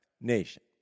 nation